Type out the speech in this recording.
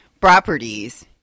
properties